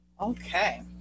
Okay